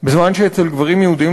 בזמן שאצל גברים יהודים,